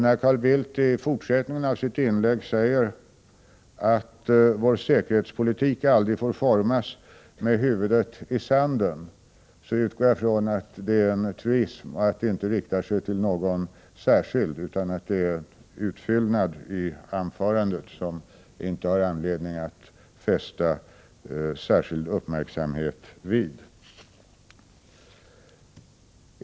När Carl Bildt i fortsättningen av sitt inlägg säger att vår säkerhetspolitik aldrig får formas med huvudet i sanden, utgår jag ifrån att det är en truism och inte riktar sig till någon särskild utan är en utfyllnad i anförandet som jag inte har anledning att fästa särskild uppmärksamhet vid.